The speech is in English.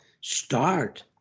start